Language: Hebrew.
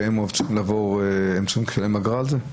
הם צריכים לשלם אגרה על זה?